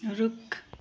रुख